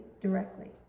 directly